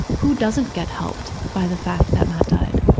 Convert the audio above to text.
who doesn't get helped by the fact that matt died?